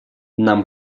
нам